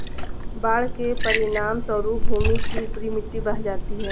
बाढ़ के परिणामस्वरूप भूमि की ऊपरी मिट्टी बह जाती है